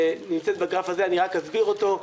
ונמצאת בגרף הזה, אני רק אסביר אותו.